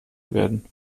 werden